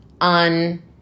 on